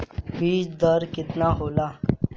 बीज दर केतना होला?